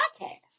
podcast